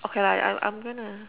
okay lah I I I'm gonna